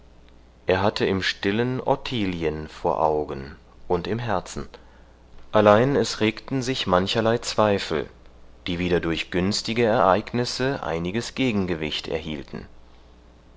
er hatte im stillen ottilien vor augen und im herzen allein es regten sich mancherlei zweifel die wieder durch günstige ereignisse einiges gegengewicht erhielten